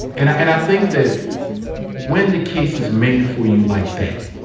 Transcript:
and and i think that when the case is made for you like that,